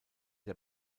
der